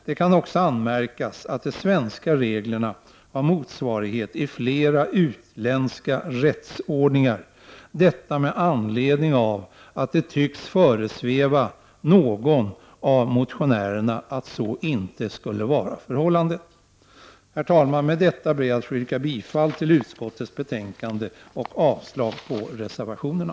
Det kan också anmärkas att de svenska reglerna har motsvarighet i flera utländska rättsordningar. Detta säger jag med anledning av att det tycks föresväva någon av motionärerna att så inte skulle vara fallet. Herr talman! Med detta ber jag att få yrka bifall till utskottets hemställan i betänkandet och avslag på reservationerna.